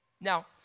Now